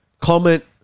comment